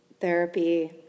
therapy